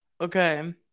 okay